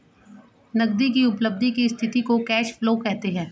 नगदी की उपलब्धि की स्थिति को कैश फ्लो कहते हैं